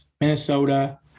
Minnesota